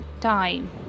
time